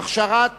(הכשרת